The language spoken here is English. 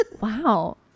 Wow